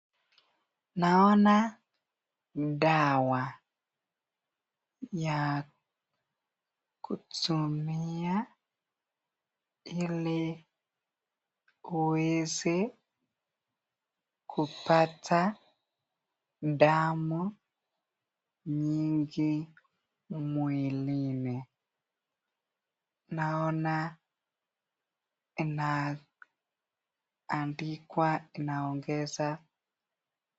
Naona dawa ya kutumia ili uweze kupata damu nyingi mwilini. Naona inaandikwa inaongeza.